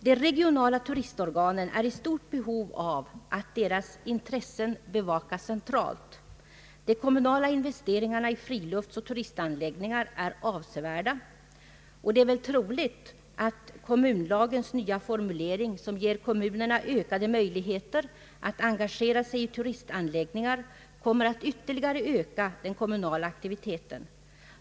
De regionala turistorganen är i stort behov av att deras intressen bevakas centralt. De kommunala investeringarna i friluftsoch turistanläggningar är avsevärda. Och det är väl troligt att kommunallagens nya formulering, som ger kommunerna ökade möjligheter att engagera sig i turistanläggningar, kommer att ytterligare öka den kommunala aktiviteten.